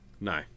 No